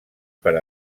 per